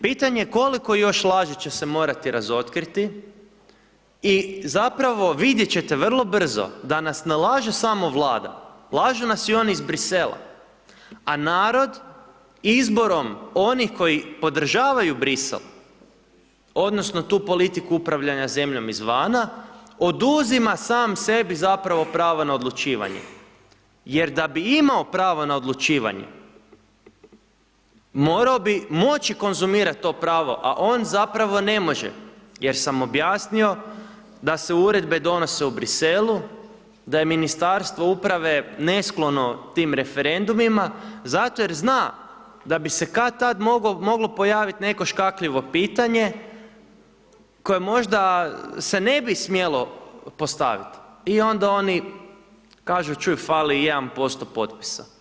Pitanje koliko još laži će se morati razotkriti i zapravo, vidjet ćete vrlo brzo, da nas ne laže samo Vlada, lažu nas i oni iz Bruxellesa, a narod izborom onih koji podržavaju Bruxelles, odnosno tu politiku upravljanja zemljom izvana oduzima sam sebi zapravo pravo na odlučivanje jer da bi imao pravo na odlučivanje, morao bi moći konzumirati to pravo, a on zapravo ne može jer sam objasnio da se uredbe donose u Bruxellesu, da je Ministarstvo uprave nesklono tim referendumima zato jer zna da bi se kad-tad moglo pojavit neko škakljivo pitanje koje možda se ne bi smjelo postaviti i onda oni kažu, čuj, fali 1% potpisa.